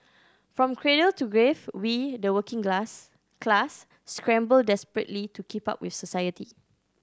from cradle to grave we the working glass class scramble desperately to keep up with society